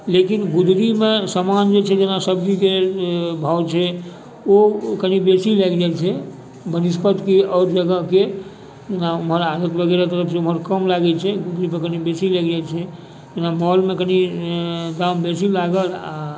लेकिन गुदड़ीमे सामान जे छै जेना सब्जीके भाव छै ओ कनि बेसी लागि जाइ छै वनिस्पति आओर जगहके जेना ओम्हर कम लागै छै गुदड़ीपर कनि बेसी लागि जाइ छै जेना मॉलमे दाम कनि बेसी लागल आओर